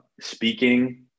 speaking